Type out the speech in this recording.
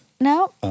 No